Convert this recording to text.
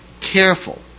careful